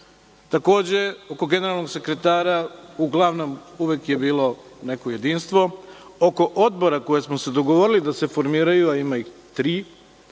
Takođe, oko generalnog sekretara, uglavnom, uvek je bilo neko jedinstvo. Oko odbora koje smo se dogovorili da se formiraju, a ima ih tri,